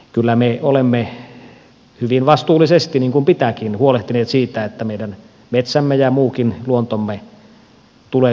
kyllä me olemme hyvin vastuullisesti niin kuin pitääkin huolehtineet siitä että meidän metsämme ja muukin luontomme tulee suojeltua